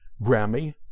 Grammy